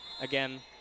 Again